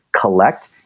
collect